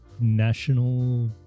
national